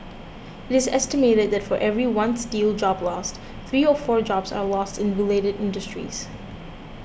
it is estimated that for every one steel job lost three or four jobs are lost in related industries